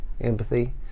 empathy